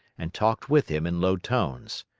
and talked with him in low tones.